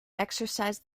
exercised